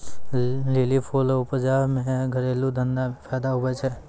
lily फूल उपजा से घरेलू धंधा मे फैदा हुवै छै